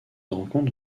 rencontre